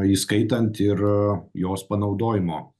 įskaitant ir jos panaudojimo